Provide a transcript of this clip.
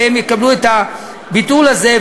והם יקבלו את הביטול הזה.